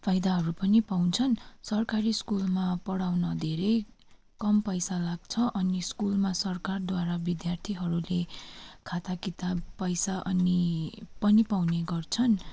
फाइदाहरू पनि पाउँछ्न सरकारी स्कुलमा पढाउन धेरै कम पैसा लाग्छ अनि स्कुलमा सरकारद्वारा विद्यार्थीहरूले खाता किताब पैसा अनि पनि पाउने गर्छन्